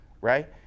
right